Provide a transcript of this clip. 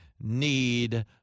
need